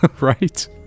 right